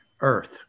earth